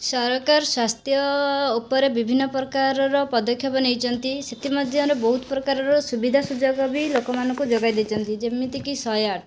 ସରକାର ସ୍ଵାସ୍ଥ୍ୟ ଉପରେ ବିଭିନ୍ନ ପ୍ରକାରର ପଦକ୍ଷେପ ନେଇଛନ୍ତି ସେଥି ମଧ୍ୟରୁ ବହୁତ ପ୍ରକାରର ସୁବିଧା ସୁଯୋଗ ବି ଲୋକ ମାନଙ୍କୁ ଯୋଗାଇ ଦେଇଛନ୍ତି ଯେମିତିକି ଶହେ ଆଠ